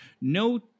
No